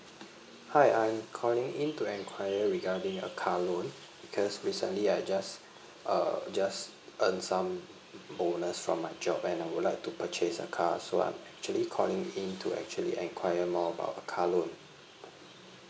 hi I'm calling in to enquire regarding a car loan because recently I just uh just earned some bonus from my job and I would like to purchase a car so I'm actually calling in to actually enquire more about a car loan